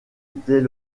était